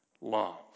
love